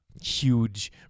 huge